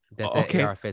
Okay